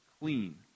clean